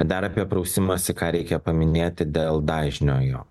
dar apie prausimąsi ką reikia paminėti dėl dažnio jo